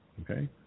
Okay